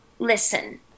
Listen